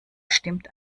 stimmt